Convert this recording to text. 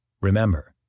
Remember